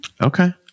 Okay